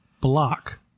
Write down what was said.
block